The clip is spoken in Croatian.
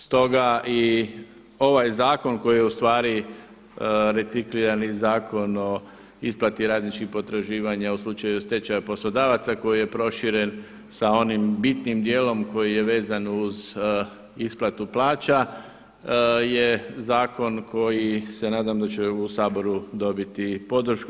Stoga i ovaj zakon koji je ustvari reciklirani zakon o isplati radničkih potraživanja u slučaju stečaja poslodavaca koji je proširen sa onim bitnim dijelom koji je vezan uz isplatu plaća je zakon koji se nadam da će u Saboru dobiti podršku.